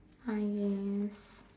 ah ya ya ya ya